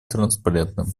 транспарентным